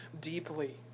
deeply